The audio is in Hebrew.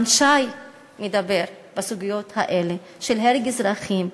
שי מדבר בסוגיות האלה של הרג אזרחים,